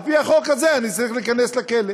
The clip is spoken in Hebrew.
על-פי החוק הזה אני צריך להיכנס לכלא.